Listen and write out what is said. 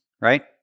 right